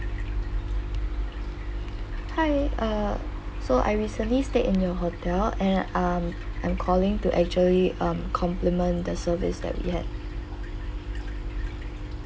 hi uh so I recently stayed in your hotel and um I'm calling to actually um compliment the service that we had